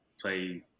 play